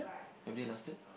have they lasted